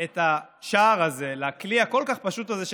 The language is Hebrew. את השער הזה לכלי הכל-כך פשוט הזה,